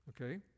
Okay